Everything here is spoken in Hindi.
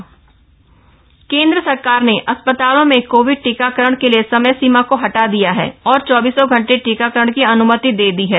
कोविड टीकाकरण केंद्र सरकार ने अस्पतालों में कोविड टीकाकरण के लिए समय सीमा को हटा दिया है और चौबीसों घंटे टीकाकरण की अन्मति दे दी है